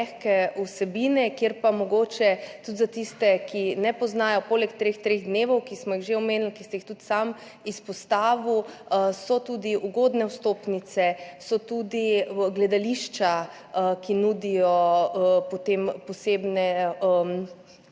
vsebine, kjer pa mogoče tudi za tiste, ki ne poznajo, poleg treh dni, ki smo jih že omenili, ki ste jih tudi sami izpostavili, so tudi ugodne vstopnice, gledališča, ki nudijo posebne